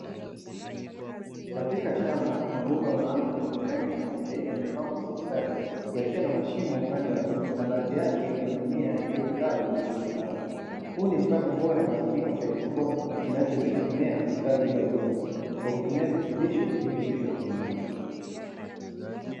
Katika shamba mabomba maalumu yenye rangi nyeupe yamepangwa kwa ustadi yakiwa na mashimo upande wa juu na baadhi yake kuna mimea iliyostawi vizuri sana. Huu ni mfano bora wa kilimo cha haidroponi kinachowezesha mimea kustawi bila udongo kwa kutumia virutubisho vilivyovishwa kwenye maji.